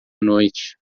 noite